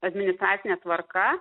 administracine tvarka